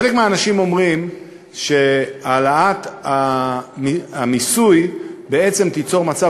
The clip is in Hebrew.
חלק מהאנשים אומרים שהעלאת המיסוי בעצם תיצור מצב,